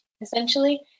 essentially